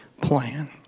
plan